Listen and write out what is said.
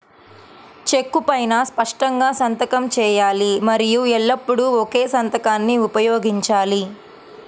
చెక్కు పైనా స్పష్టంగా సంతకం చేయాలి మరియు ఎల్లప్పుడూ ఒకే సంతకాన్ని ఉపయోగించాలి